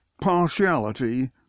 partiality